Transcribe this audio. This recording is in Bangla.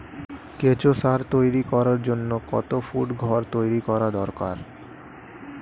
কেঁচো সার তৈরি করার জন্য কত ফুট ঘর তৈরি করা দরকার?